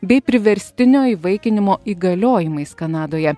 bei priverstinio įvaikinimo įgaliojimais kanadoje